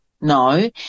No